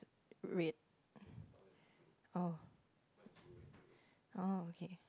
red oh oh okay